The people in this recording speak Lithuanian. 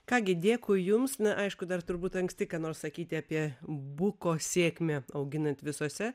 ką gi dėkui jums na aišku dar turbūt anksti ką nors sakyti apie buko sėkmę auginant visuose